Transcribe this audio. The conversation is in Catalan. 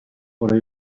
però